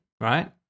right